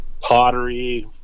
pottery